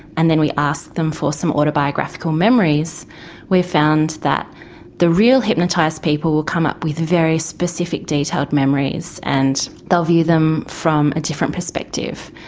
and then we ask them for some autobiographical memories we've found that the real hypnotised people come up with very specific detailed memories and they'll view them from a different perspective.